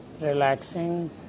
relaxing